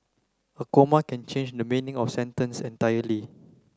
a comma can change the meaning of a sentence entirely